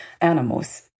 animals